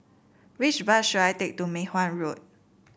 which bus should I take to Mei Hwan Road